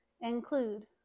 include